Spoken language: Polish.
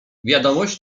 wiadomość